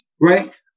right